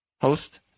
host